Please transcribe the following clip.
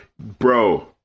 Bro